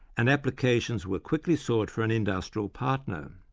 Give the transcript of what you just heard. and applications were quickly sought for an industrial partner.